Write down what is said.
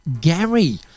gary